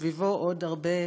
סביבו היו עוד הרבה